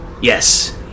Yes